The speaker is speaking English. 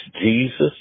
Jesus